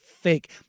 fake